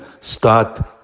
start